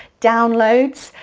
downloads.